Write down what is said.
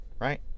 Right